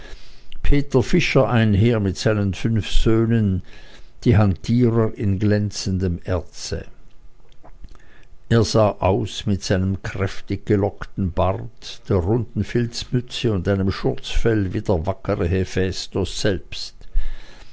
peter vischer einher mit seinen fünf söhnen die hantierer in glänzendem erze er sah aus mit seinem kräftig gelockten bart der runden filzmütze und seinem schurzfell wie der wackere hephästos selber